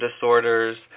disorders